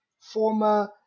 former